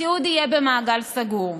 התיעוד יהיה במעגל סגור.